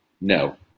no